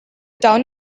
town